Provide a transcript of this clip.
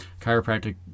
chiropractic